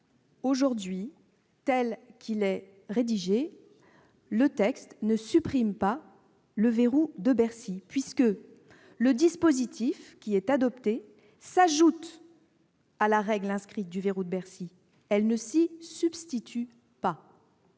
aujourd'hui, tel qu'il est rédigé, le texte ne supprime pas le verrou de Bercy, puisque le dispositif proposé s'ajoute à la règle inscrite du verrou de Bercy ; il ne s'y substitue pas.